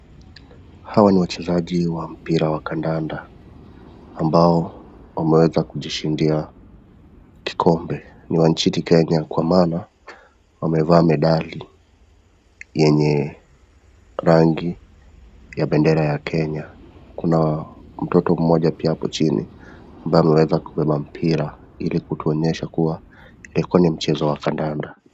Hao Ni wachezaji Wa Mpira Wa kandanda ambao wameweza kujishindia kikombe Niwa nchini Kenya Kwa mana wamevalia medali yenye rangi ya bendera ya Kenya Kuna mtoto mmoja apo chini ambaye ameweza kubeba Mpira ilikutonyesha kua ulikua mchezo wa kandanda.